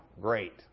great